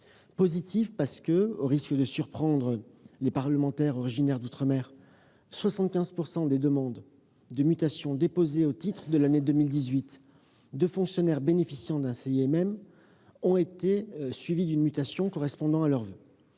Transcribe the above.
Positif, parce que, au risque de surprendre les parlementaires ultramarins, quelque 75 % des demandes de mutation déposées au titre de l'année 2018 par des fonctionnaires bénéficiant d'un CIMM ont été suivies d'une mutation correspondant au voeu